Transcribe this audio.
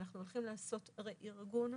ואנחנו הולכים לעשות רה-ארגון,